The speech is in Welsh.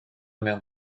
mewn